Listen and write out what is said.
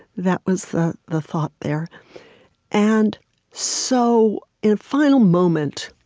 that was the the thought there and so in a final moment,